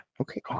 Okay